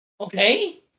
Okay